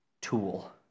tool